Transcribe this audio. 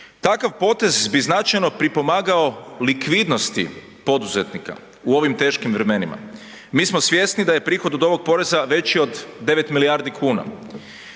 Takav potez bi značajno pripomagao likvidnosti poduzetnika u ovim teškim vremenima. Mi smo svjesni da je prihod od ovog poreza veći od 9 milijardi kuna